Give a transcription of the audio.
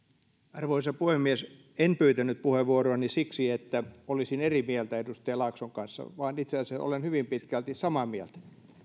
arvoisa puhemies en pyytänyt puheenvuoroani siksi että olisin eri mieltä edustaja laakson kanssa vaan itse asiassa olen hyvin pitkälti samaa mieltä